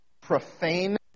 profane